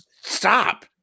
Stop